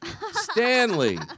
Stanley